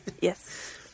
yes